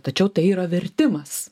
tačiau tai yra vertimas